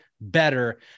better